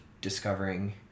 discovering